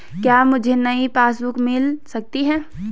क्या मुझे नयी पासबुक बुक मिल सकती है?